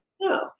No